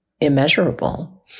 immeasurable